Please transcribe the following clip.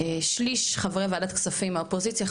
שליש חברי ועדת הכספים מהאופוזיציה,